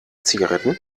zigaretten